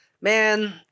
Man